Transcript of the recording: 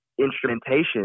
instrumentation